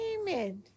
Amen